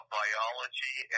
biology